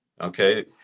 okay